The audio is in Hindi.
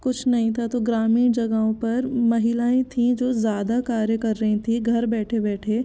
कुछ नहीं था तो ग्रामीण जगहों पर महिलाऍं थीं जो ज़्यादा कार्य कर रहीं थीं घर बैठे बैठे